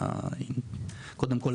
קודם כל,